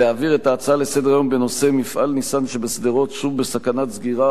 להעביר את ההצעות לסדר-היום בנושא: מפעל "ניסן" בשדרות שוב בסכנת סגירה,